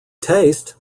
taste